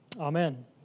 Amen